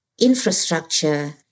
infrastructure